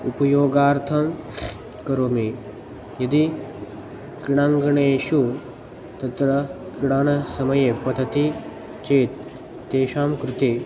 उपयोगार्थं करोमि यदि क्रीडाङ्गणेषु तत्र क्रीडासमये पतति चेत् तेषां कृते